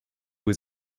was